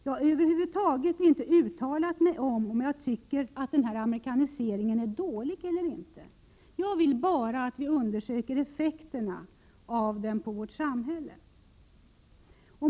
Jag har över huvud taget inte uttalat mig om jag tycker att amerikaniseringen är dålig eller inte. Jag vill bara att vi undersöker effekterna av den på vårt samhälle.